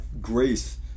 grace